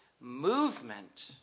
movement